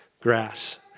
grass